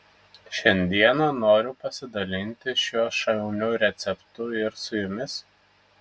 šiandieną noriu pasidalinti šiuo šauniu receptu ir su jumis